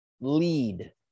lead